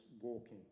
walking